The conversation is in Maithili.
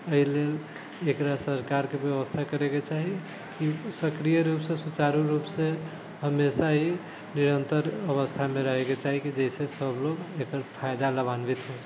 एहि लेल एकरा सरकारके व्यवस्था करैके चाही कि सक्रिय रुपसँ सुचारु रुपसँ हमेशा ही निरन्तर अवस्थामे रहएके चाही कि जाहिसँ सभ लोक एकर फायदा लाभान्वित हो सकथि